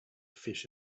fish